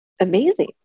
amazing